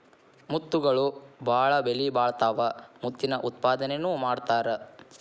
ಮುತ್ತುಗಳು ಬಾಳ ಬೆಲಿಬಾಳತಾವ ಮುತ್ತಿನ ಉತ್ಪಾದನೆನು ಮಾಡತಾರ